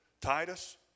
Titus